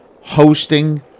hosting